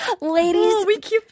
ladies